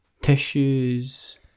tissues